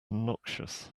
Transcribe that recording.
noxious